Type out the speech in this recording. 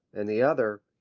and the other,